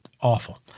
awful